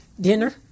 dinner